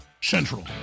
central